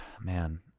man